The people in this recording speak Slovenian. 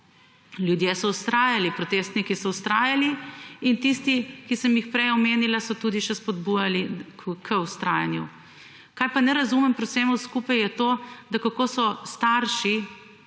ljudje so vztrajali, protestniki so vztrajali in tisti, ki sem jih prej omenila, so tudi še spodbujali k vztrajanju. Kaj pa ne razumem pri vsemu skupaj, je to, da kako so starši